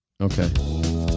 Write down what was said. Okay